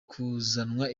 kuzanwa